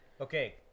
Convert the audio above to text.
okay